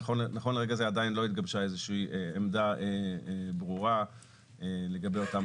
נכון לרגע זה עדיין לא התגבשה איזושהי עמדה ברורה לגבי אותם